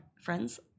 friends